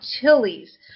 chilies